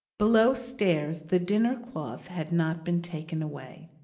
below-stairs the dinner-cloth had not been taken away,